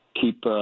keep